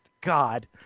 God